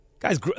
Guys